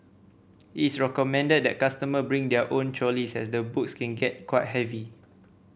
it's recommended that customer bring their own trolleys as the books can get quite heavy